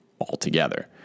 altogether